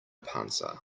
panza